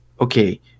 okay